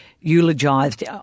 eulogised